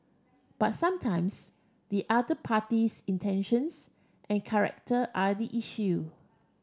but sometimes the other party's intentions and character are the issue